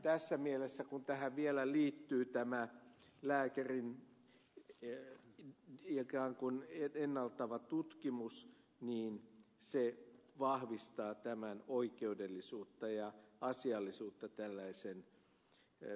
tässä mielessä kun tähän vielä liittyy tämä lääkärin ikään kuin ennakoiva tutkimus niin se vahvistaa tämän oikeudellisuutta ja asiallisuutta tällaiseen korvausmenettelyyn